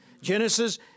Genesis